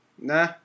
Nah